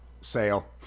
Sale